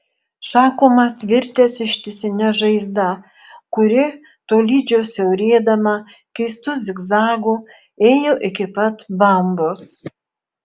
šakumas virtęs ištisine žaizda kuri tolydžio siaurėdama keistu zigzagu ėjo iki pat bambos